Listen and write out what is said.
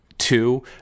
two